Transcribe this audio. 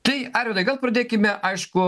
tai arvydai gal pradėkime aišku